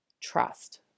Trust